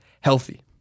healthy